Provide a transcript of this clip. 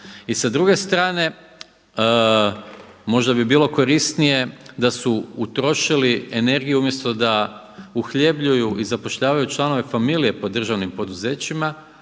I sa druge strane, možda bi bilo korisnije da su utrošili energiju umjesto da uhljebljuju i zapošljavaju članove familije po državnim poduzećima